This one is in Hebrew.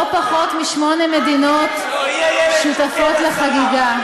לא פחות משמונה מדינות שותפות לחגיגה,